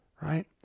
right